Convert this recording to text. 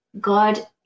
God